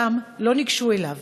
שם לא ניגשו אליו.